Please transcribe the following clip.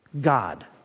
God